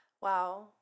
wow